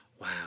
wow